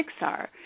Pixar